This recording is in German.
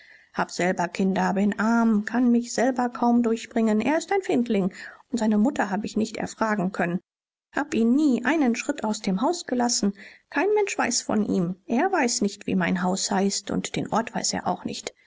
hab selber kinder bin arm kann mich selber kaum durchbringen er ist ein findling und seine mutter hab ich nicht erfragen können hab ihn nie einen schritt aus dem haus gelassen kein mensch weiß von ihm er weiß nicht wie mein haus heißt und den ort weiß er auch nicht